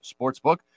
Sportsbook